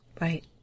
Right